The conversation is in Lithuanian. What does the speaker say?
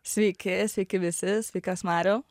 sveiki sveiki visi sveikas mariau